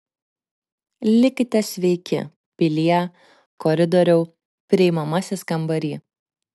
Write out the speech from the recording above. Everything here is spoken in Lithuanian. likite sveiki pilie koridoriau priimamasis kambary